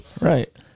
Right